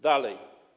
Dalej.